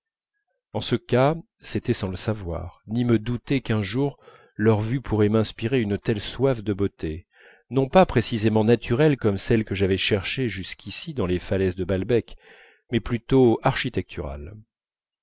en ce cas c'était sans le savoir ni me douter qu'un jour leur vue pourrait m'inspirer une telle soif de beauté non pas précisément naturelle comme celle que j'avais cherchée jusqu'ici dans les falaises de balbec mais plutôt architecturale